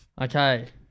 Okay